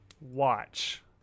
watch